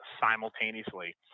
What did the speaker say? simultaneously